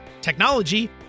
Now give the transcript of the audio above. technology